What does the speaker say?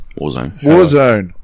Warzone